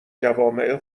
جوامع